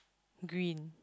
green